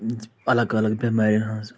اَلگ اَلگ بٮ۪مارٮ۪ن ہٕنٛز